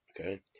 okay